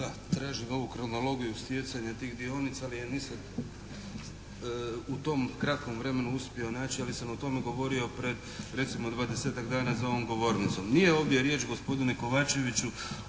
Da. Tražim ovu kronologiju stjecanja tih dionica ali je nisam u tom kratkom vremenu uspio naći ali sam o tome govorio pred recimo 20.-tak dana za ovom govornicom. Nije ovdje riječ gospodine Kovačeviću